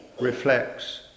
reflects